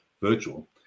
virtual